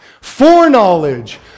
Foreknowledge